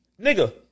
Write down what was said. Nigga